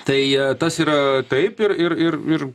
tai tas yra taip ir ir ir ir